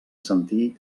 sentir